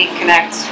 connect